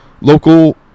local